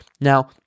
Now